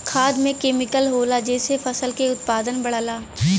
खाद में केमिकल होला जेसे फसल के उत्पादन बढ़ला